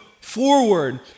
forward